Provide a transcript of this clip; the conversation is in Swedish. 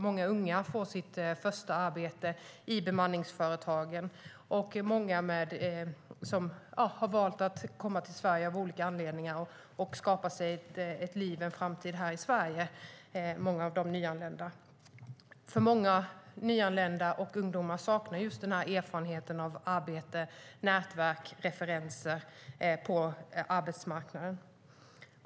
Många unga får sitt första arbete i bemanningsföretag, liksom många som har valt att komma till Sverige av olika anledningar och skapa sig ett liv och en framtid här i Sverige. Många nyanlända och ungdomar saknar ju erfarenhet av arbete, nätverk och referenser på arbetsmarknaden.